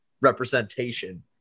representation